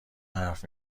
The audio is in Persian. حرف